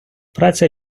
праця